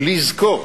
לזכור